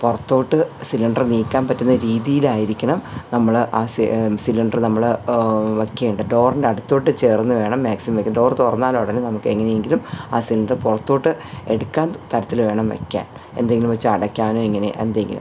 പുറത്തോട്ട് സിലിണ്ടർ നീക്കാൻ പറ്റുന്ന രീതീലായിരിക്കണം നമ്മൾ ആ സി സിലിണ്ടറ് നമ്മള് വയ്ക്കേണ്ടത് ഡോറിൻ്റെ അടുത്തോട്ട് ചേർന്ന് വേണം മാക്സിമം ഡോർ തുറന്നാലുടനെ നമുക്ക് എങ്ങനെയെങ്കിലും ആ സിലിണ്ടർ പുറത്തോട്ട് എടുക്കാൻ തരത്തിൽ വേണം വയ്ക്കാൻ എന്തെങ്കിലും വെച്ച് അടയ്ക്കാനോ ഇങ്ങനെ എന്തെങ്കിലും